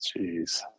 Jeez